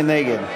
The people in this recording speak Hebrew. מי נגד?